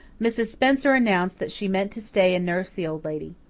mrs. spencer announced that she meant to stay and nurse the old lady.